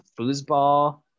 foosball